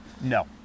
No